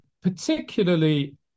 particularly